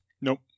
Nope